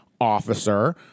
officer